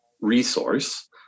resource